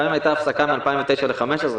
גם אם הייתה הפסקה מ-2009 ל-2015.